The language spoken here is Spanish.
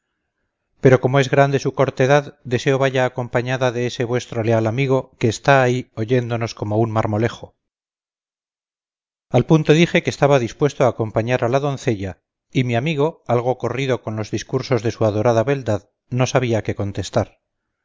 pero como es grande su cortedad deseo vaya acompañada de ese vuestro leal amigo que está ahí oyéndonos como un marmolejo al punto dije que estaba dispuesto a acompañar a la doncella y mi amigo algo corrido con los discursos de su adorada beldad no sabía qué contestar